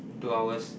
two hours